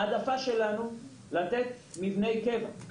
ההעדפה שלנו היא לתת מבני קבע,